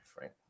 right